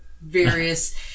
various